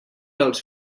dels